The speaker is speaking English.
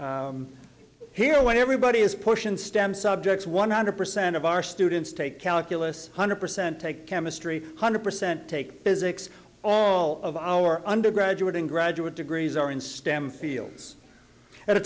district here when everybody is pushing stem subjects one hundred percent of our students take calculus hundred percent take chemistry hundred percent take physics oh all of our undergraduate and graduate degrees are in stem fields at a